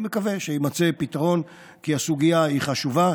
אני מקווה שיימצא פתרון, כי הסוגיה היא חשובה.